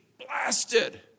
blasted